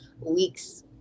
weeks